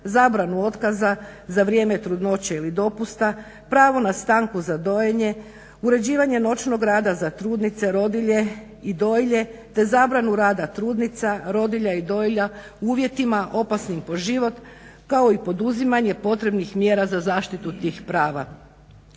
zabranu otkaza za vrijeme trudnoće ili dopusta, pravo na stanku za dojenje, uređivanje noćnog rada za trudnice, rodilje i dojilje, te zabranu rada trudnica, rodilja i dojilja u uvjetima opasnim po život kao i poduzimanje potrebnih mjera za zaštitu tih prava.